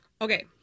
Okay